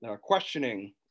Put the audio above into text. questioning